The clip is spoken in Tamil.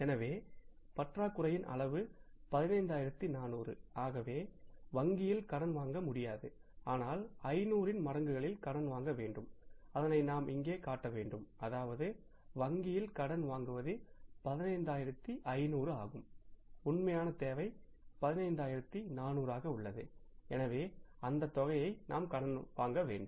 எனவே பற்றாக்குறையின் அளவு 15400 ஆகவே வங்கியில் கடன் வாங்க முடியாது ஆனால் 500 இன் மடங்குகளில் கடன் வாங்க வேண்டும் அதனை நாம் இங்கே காட்ட வேண்டும் அதாவது வங்கியில் கடன் வாங்குவது 15500 ஆகும் உண்மையான தேவை 15400 ஆக உள்ளது எனவே அந்த தொகையை நாம் கடன் வாங்க வேண்டும்